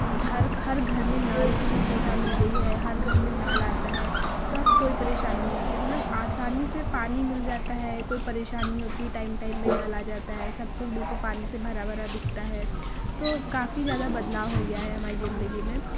घर हर घर में नल की सुविधा मिल गई है हर घर में नल आता है तो अब कोई परेशानी नहीं होती मतलब आसानी से पानी मिल जाता है कोई परेशानी होती है टाइम टाइम में नल आ जाता है सब कुछ बिलकुल पानी से भरा भरा दिखता है तो काफ़ी ज़्यादा बदलाव हो गया है हमारी जिंदगी में